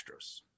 Astros